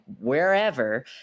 wherever